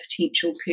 potential